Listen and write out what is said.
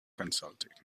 consulting